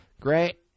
Great